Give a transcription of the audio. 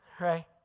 Right